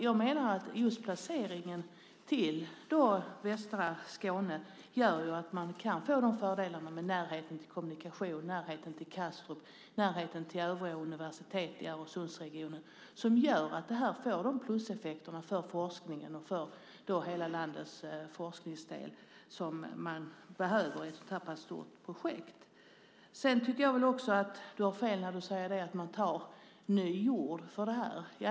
Jag menar att just placeringen i västra Skåne gör att man kan få fördelarna med närheten till kommunikation, till Kastrup och till övriga universitet i Öresundsregionen. Det ger pluseffekter för forskningen och för hela landets forskningsdel som man behöver i ett så här stort projekt. Jag tycker också att det är fel att säga att man tar ny jord till det här.